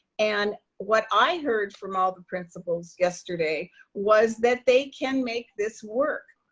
and what i heard from all principals yesterday was that they can make this work.